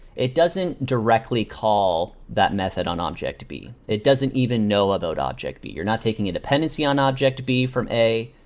it doesn't directly call that method on object b. it doesn't even know about object b. you're not taking a dependency on object b from a.